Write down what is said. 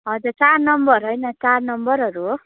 हजुर चार नम्बर होइन चार नम्बरहरू हो